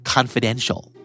Confidential